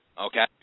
Okay